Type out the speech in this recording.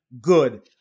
good